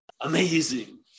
Amazing